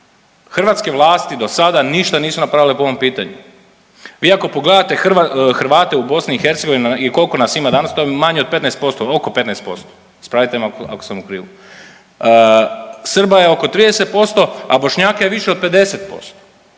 hrvatske vlasti do sada ništa nisu napravile po ovom pitanju. Vi ako pogledate Hrvate u Bosni i Hercegovini i koliko nas ima danas to je manje od 15%, oko 15%. Ispravite me ako sam u krivu. Srba je oko 30%, a Bošnjaka je više od 50%.